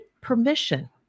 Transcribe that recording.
permission